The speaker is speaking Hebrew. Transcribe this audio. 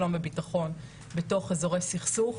שלום וביטחון בתוך אזורי סכסוך,